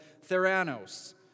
Theranos